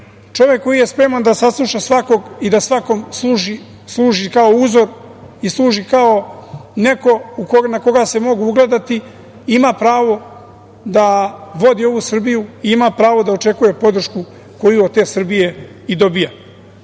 čovek koji je spreman da sasluša svakoga i da svakome služi kao uzor i služi kao neko na koga se mogu ugledati ima pravo da vodi ovu Srbiju, ima pravo da očekuje podršku koju od te Srbije i dobija. Još